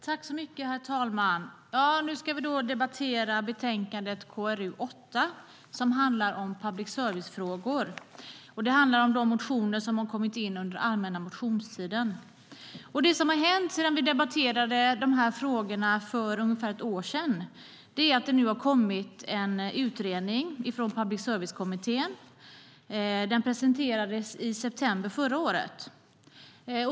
Herr talman! Nu ska vi debattera betänkande KrU 8 som handlar om public service-frågor. Det handlar om de motioner som har kommit in under allmänna motionstiden. Det som har hänt sedan vi debatterade de här frågorna för ungefär ett år sedan är att det nu har kommit en utredning från Public service-kommittén. Den presenterades i september förra året.